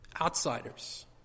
Outsiders